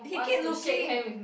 he keep looking